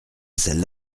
celle